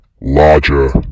larger